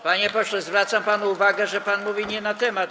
Panie pośle, zwracam panu uwagę, że pan mówi nie na temat.